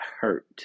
hurt